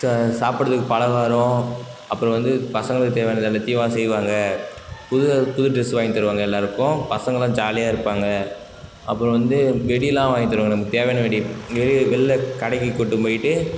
சா சாப்பிட்றதுக்கு பலகாரம் அப்புறம் வந்து பசங்களுக்கு தேவையானது எல்லாத்தையும் செய்வாங்க புது புது ட்ரெஸ் வாங்கி தருவாங்க எல்லாருக்கும் பசங்கள்லாம் ஜாலியாக இருப்பாங்கள் அப்புறம் வந்து வெடியெல்லாம் வாங்கித் தருவாங்க நமக்கு தேவையான வெடி வெடி வெளியில கடைக்கு கூட்டுன் போயிட்டு